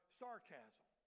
sarcasm